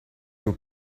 aux